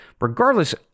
regardless